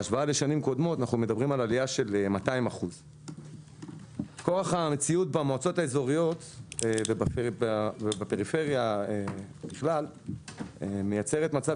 בהשוואה לשנים קודמות אנחנו מדברים על עלייה של 200%. כורח המציאות במועצות האזוריות ובפריפריה בכלל מייצר מצב